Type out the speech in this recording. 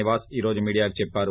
నివాస్ ఈ రోజు మీడియాకు చెప్పారు